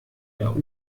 der